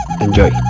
Enjoy